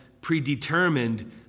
predetermined